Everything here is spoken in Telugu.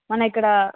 మన ఇక్కడ